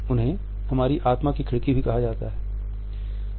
उन्हें हमारी आत्मा की खिड़की भी कहा जाता है